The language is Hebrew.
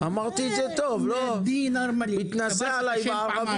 גם אם הפקיד בבנק דובר ערבית הוא עדיין משתמש בשפה בנקאית,